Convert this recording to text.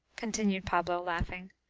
continued pablo, laughing.